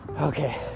okay